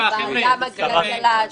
לשרה מגיע צל"ש, לוועדה מגיע צל"ש.